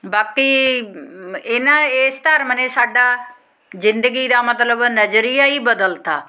ਬਾਕੀ ਮ ਇਹਨਾਂ ਇਸ ਧਰਮ ਨੇ ਸਾਡਾ ਜ਼ਿੰਦਗੀ ਦਾ ਮਤਲਬ ਨਜ਼ਰੀਆ ਹੀ ਬਦਲਤਾ